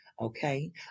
okay